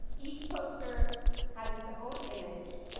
each poster has its own image,